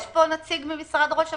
יש פה נציג ממשרד ראש הממשלה?